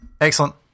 Excellent